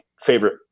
favorite